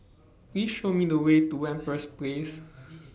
Please Show Me The Way to Empress Place